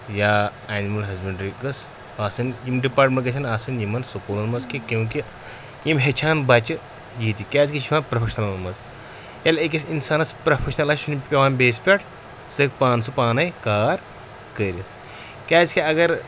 یا animal husbandry گٔژھ آسٕنۍ یِم ڈِپاٹمنٹ گژھٮ۪ن آسٕنۍ یِمَن سکوٗلَن منٛز کینٛہہ کیوںکہِ یِم ہیٚچھ ہَن بَچہٕ یہ تہِ کیٛازِکہِ یہِ چھُ یِوان پروفیشنلَن منٛز ییٚلہِ أکِس اِنسانَس پروفیشنَل آسہِ چھُنہٕ پیٚوان بیٚیِس پٮ۪ٹھ سُہ ہیٚکہِ پانہٕ سُہ پانَے کار کٔرِتھ کیٛازِکہِ اگر